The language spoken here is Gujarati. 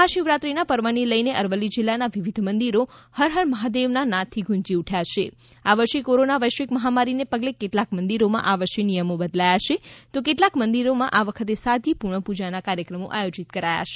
મહાશિવરાત્રીના પર્વની લઈને અરવલ્લી જિલ્લાના વિવિધ મંદિરો હર હર મહાદેવના નાદથી ગુંજી ઉઠયા છે આ વર્ષે કોરોના વૈશ્વિક મહામારી ને પગલે કેટલાક મંદિરોમાં આ વર્ષે નિયમો બદલાયા છે તો કેટલાક મંદિરોમાં આ વખતે સાદગીપૂર્ણ પૂજાના કાર્યક્રમો આયોજિત કરાયા છે